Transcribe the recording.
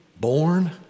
born